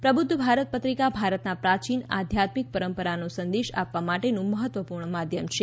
પ્રબુધ્ધ ભારત પત્રિકા ભારતના પ્રાચીન આધ્યાત્મિક પરંપરાના સંદેશ આપવા માટેનું મહત્વપૂર્ણ માધ્યમ છે